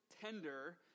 tender